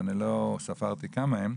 ואני לא ספרתי כמה הם,